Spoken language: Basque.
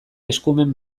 eskumen